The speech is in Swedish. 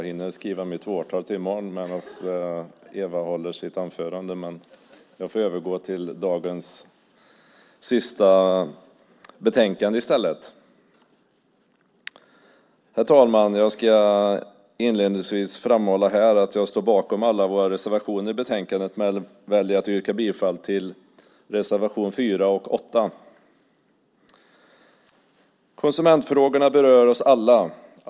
Herr talman! Inledningsvis vill jag framhålla att jag står bakom alla våra reservationer i betänkandet. Men jag väljer att yrka bifall bara till reservationerna 4 och 8. Konsumentfrågorna berör oss alla.